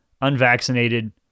unvaccinated